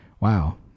Wow